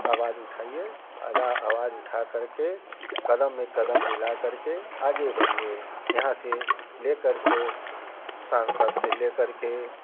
अवाज उठाइए अवाज उठा करके कदम में कदम मिला करके आगे बढ़िए यहाँ से ले करके सांसद से ले करके